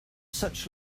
such